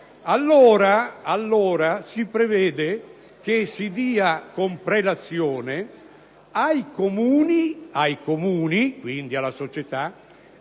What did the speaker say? allora si prevede che si dia con prelazione ai Comuni, quindi alla società,